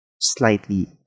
slightly